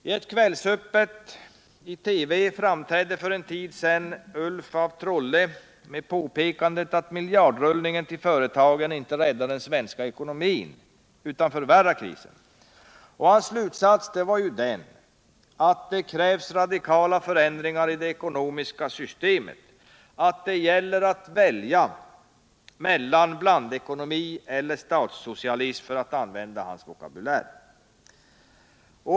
I ett Kvällsöppet i TV framträdde för en tid sedan Ulf af Trolle med påpekandet att miljardrullningen till företagen inte räddar den svenska ekonomin utan förvärrar krisen. Hans slutsats var att det krävs radikala förändringar i det ekonomiska systemet, att det gäller att välja ”blandekonomi eller statssocialism”, för att använda hans vokabulär.